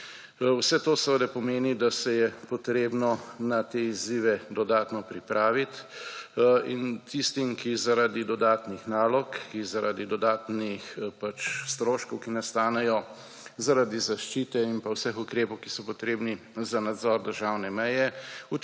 Vse to seveda pomeni, da se je potrebno na te izzive dodatno pripraviti in tistim, ki zaradi dodatnih nalog, ki zaradi dodatnih stroškov, ki nastanejo, zaradi zaščite in pa vseh ukrepov, ki so potrebni za nadzor državne meje